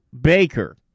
baker